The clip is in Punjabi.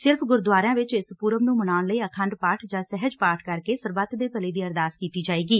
ਸਿਰਫ਼ ਗੁਰਦੁਆਰਿਆਂ ਵਿੱਚ ਇਸ ਪੁਰਬ ਨੂੰ ਮਨਾਉਣ ਲਈ ਅਖੰਡ ਪਾਠ ਜਾਂ ਸਹਿਜ ਪਾਠ ਕਰਕੇ ਸਰਬੱਤ ਦੇ ਭਲੇ ਦੀ ਅਰਦਾਸ ਕੀਤੀ ਜਾਵੇਗੀ